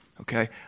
okay